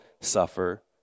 suffer